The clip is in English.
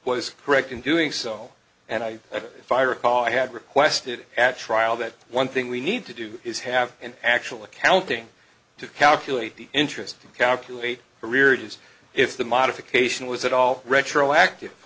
was correct in doing so and i think if i recall i had requested at trial that one thing we need to do is have an actual accounting to calculate the interest to calculate arrearages if the modification was at all retroactive